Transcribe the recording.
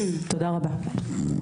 תודה רבה.